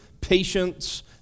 patience